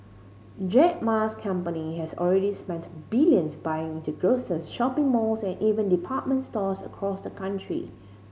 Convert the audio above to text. Jack Ma's company has already spent billions buying into grocers shopping malls and even department stores across the country